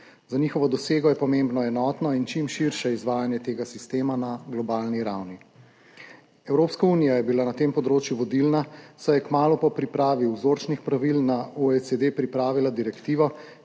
Za njihovo dosego je pomembno enotno in čim širše izvajanje tega sistema na globalni ravni. Evropska unija je bila na tem področju vodilna, saj je kmalu po pripravi vzorčnih pravil na OECD pripravila direktivo,